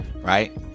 right